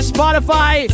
Spotify